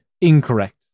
Incorrect